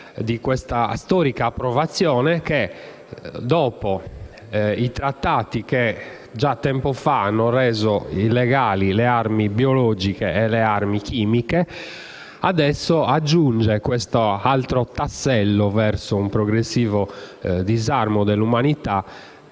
di questa storica approvazione che, dopo i trattati che già tempo fa hanno reso illegali le armi biologiche e chimiche, adesso aggiunge quest'altro tassello verso un progressivo disarmo dell'umanità